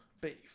beef